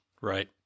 right